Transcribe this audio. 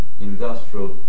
industrial